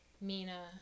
mina